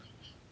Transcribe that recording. ya lah